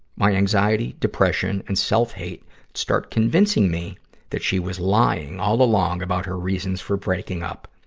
my anxiety, depression, and self-hate start convincing me that she was lying all along about her reasons for breaking up.